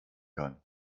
kann